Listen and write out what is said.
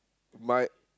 my